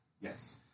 Yes